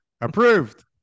approved